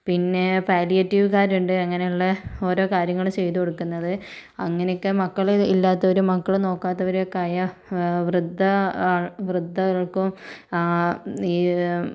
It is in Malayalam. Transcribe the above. പിന്നെ പാലിയേറ്റീവുകാരുണ്ട് അങ്ങനെയുള്ള ഓരോ കാര്യങ്ങൾ ചെയ്തു കൊടുക്കുന്നത് അങ്ങനെയൊക്കെ മക്കൾ ഇല്ലാത്തവരും മക്കൾ നോക്കാത്തവരും ഒക്കെ ആയ വൃദ്ധ വൃദ്ധകൾക്കും ആ ഈ